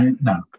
no